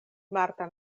marta